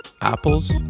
apples